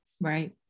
Right